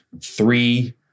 three